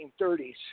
1930s